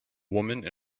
woman